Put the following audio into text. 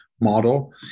model